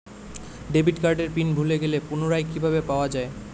Debit কার্ডের pin ভুলে গেলে পুনরায় কিভাবে পাওয়া য়ায়?